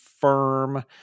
firm